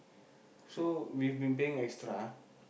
so we've been paying extra